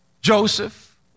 Joseph